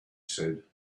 said